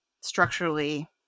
structurally